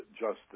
justice